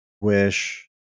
wish